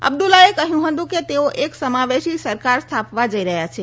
અબ્દુલ્લાએ કહયું હતું કે તેઓ એક સમાવેશી સરકાર સ્થાપવા જઇ રહથાં છે